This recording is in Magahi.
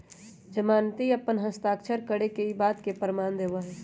जमानती अपन हस्ताक्षर करके ई बात के प्रमाण देवा हई